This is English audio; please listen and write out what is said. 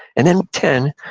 and then ten,